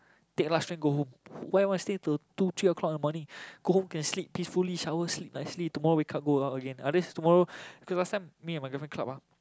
take last train go home why want to stay to two three O-clock in the morning go home can sleep peacefully shower sleep nicely tomorrow wake up go out again unless tomorrow cause last time me and my girlfriend club ah